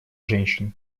женщин